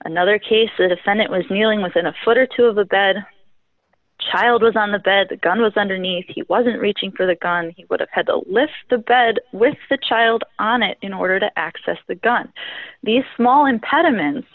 another case a defendant was kneeling within a foot or two of the bed child was on the bed the gun was underneath he wasn't reaching for the gun he would have had to lift the bed with the child on it in order to access the gun the small impediments